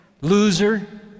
loser